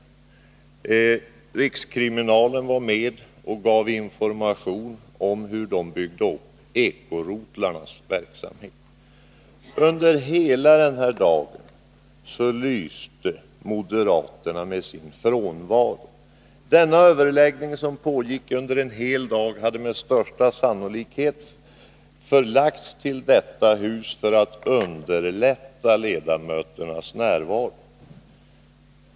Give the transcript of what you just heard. Företrädare för rikskriminalen var med och gav information om hur de byggde upp ekorotlarnas verksamhet. Under hela den dagen lyste moderaterna med sin frånvaro. Denna överläggning, som alltså pågick under en hel dag, hade med största sannolikhet förlagts till detta hus för att man skulle underlätta ledamöternas närvaro.